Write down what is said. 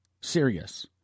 serious